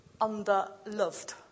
underloved